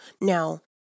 Now